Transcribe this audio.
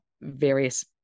various